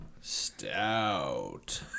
Stout